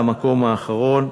למקום האחרון.